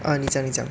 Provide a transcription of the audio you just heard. ah 你讲你讲